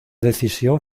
decisión